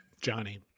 Johnny